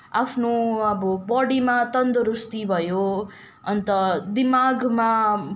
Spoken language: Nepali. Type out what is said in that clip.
आफ्नो अब बडीमा तन्दुरुस्ती भयो अन्त दिमागमा